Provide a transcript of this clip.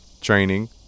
training